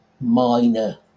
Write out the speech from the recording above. minor